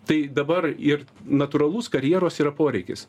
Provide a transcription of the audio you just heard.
tai dabar ir natūralus karjeros yra poreikis